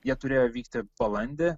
jie turėjo vykti balandį